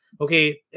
okay